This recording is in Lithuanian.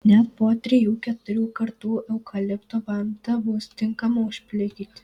net po trijų keturių kartų eukalipto vanta bus tinkama užplikyti